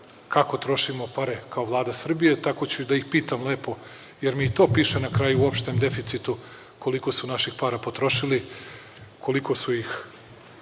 kako trošimo pare kao Vlada Srbije, tako ću da ih pitam lepo, jer mi i to piše na kraju u opštem deficitu koliko su naših potrošili, koliko su ih